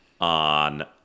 on